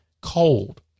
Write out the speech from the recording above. cold